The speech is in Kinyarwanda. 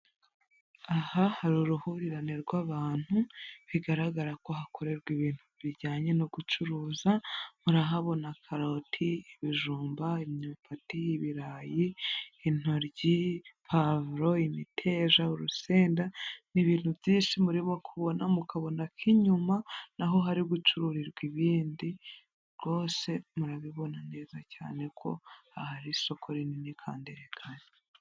Aha hari uruhurirane rw'abantu bigaragara ko hakorerwa ibintu bijyanye no gucuruza, murahabona karoti ibijumba imyumbati y'ibirayi intoryi pavuro imiteja urusenda n'ibintu byinshi murimo kubona mu mukabona k' inyuma naho hari gucururirwa ibindi rwose murabibona neza cyane ko aha isoko rinini kandi rigari.